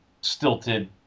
stilted